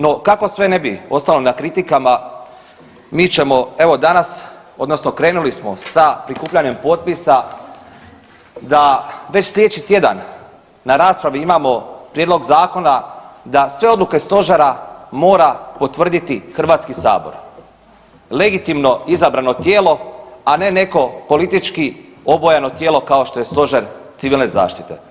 No kako sve ne bi ostalo na kritikama mi ćemo evo danas odnosno krenuli smo sa prikupljanjem potpisa da već slijedeći tjedan na raspravi imamo prijedlog zakona da sve odluke stožera mora potvrditi HS, legitimno izabrano tijelo, a ne neko politički obojano tijelo kao što je stožer civilne zaštite.